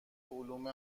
علوم